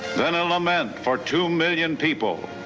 then element for two million people